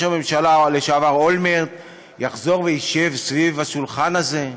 הממשלה לשעבר אולמרט יחזור וישב ליד השולחן הזה?